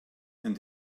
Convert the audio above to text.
and